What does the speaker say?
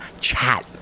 Chat